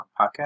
podcast